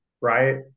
right